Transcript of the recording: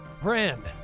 Brand